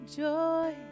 joy